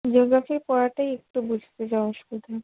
geography পড়াটাই একটু বুঝতে যা অসুবিধা